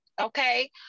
okay